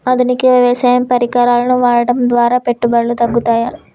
ఆధునిక వ్యవసాయ పరికరాలను వాడటం ద్వారా పెట్టుబడులు తగ్గుతయ?